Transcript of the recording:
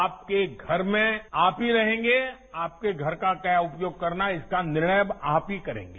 आपके घर में आप ही रहेंगे आपके घर का क्या उपयोग करना है इसका निर्णय अब आप ही करेंगे